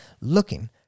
looking